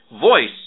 voice